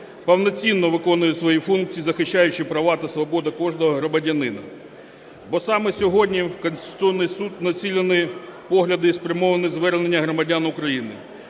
повноцінно виконує свої функції, захищаючи права та свободи кожного громадянина, бо саме сьогодні в Конституційний Суд націлені погляди і спрямовані звернення громадян України,